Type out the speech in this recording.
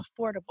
affordable